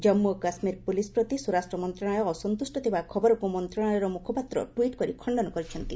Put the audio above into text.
ଜାମ୍ମୁ ଓ କାଶ୍କୀର ପୁଲିସ୍ ପ୍ରତି ସ୍ୱରାଷ୍ଟ୍ର ମନ୍ତ୍ରଣାଳୟ ଅସନ୍ତୁଷ୍ଟ ଥିବା ଖବରକୁ ମନ୍ତ୍ରଣାଳୟର ମୁଖପାତ୍ର ଟ୍ୱିଟ୍ କରି ଖଣ୍ଡନ କରିଛନ୍ତି